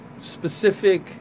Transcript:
specific